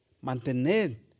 mantener